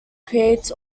creates